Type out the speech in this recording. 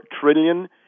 trillion